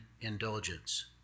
indulgence